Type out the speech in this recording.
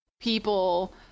people